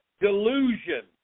delusion